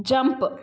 jump